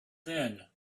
then